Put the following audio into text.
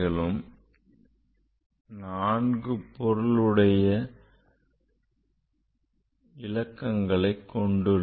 எல்லா காரணிகளும் நான்கு பொருளுடைய இலக்கங்களை கொண்டுள்ளன